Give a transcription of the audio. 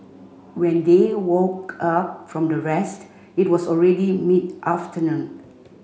when they woke up from their rest it was already mid afternoon